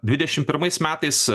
dvidešim pirmais metais